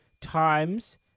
times